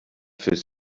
fürs